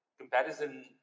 comparison